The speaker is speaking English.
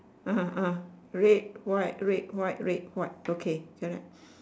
(uh huh) (uh huh) red white red white red white okay correct